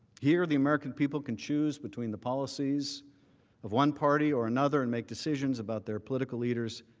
here the american people can choose between the policies of one party or another and make decisions about their political leaders